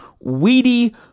weedy